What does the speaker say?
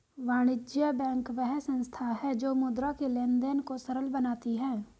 वाणिज्य बैंक वह संस्था है जो मुद्रा के लेंन देंन को सरल बनाती है